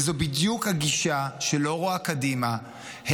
וזו בדיוק הגישה שלא רואה קדימה,